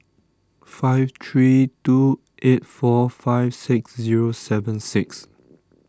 five three two eight four five six Zero seven six